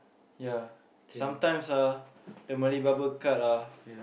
ya sometimes ah the Malay barber cut ah